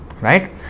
right